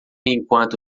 enquanto